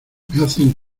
hacen